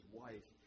wife